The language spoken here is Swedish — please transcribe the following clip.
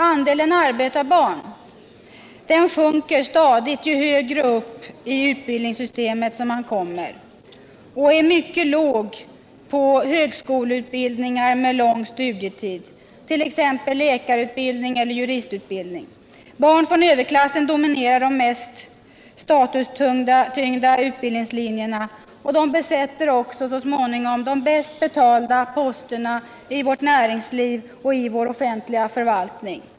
Andelen arbetarbarn sjunker stadigt ju högre upp i utbildningssystemet man kommer, och den är mycket låg på högskoleutbildningar med lång studietid, t.ex. läkaroch juristutbildningarna. Barn från överklassen dominerar de mest statustyngda utbildningslinjerna och besätter också så småningom de bäst betalda posterna i vårt näringsliv och vår offentliga förvaltning.